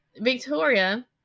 Victoria